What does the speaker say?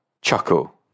chuckle